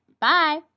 Bye